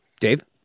Dave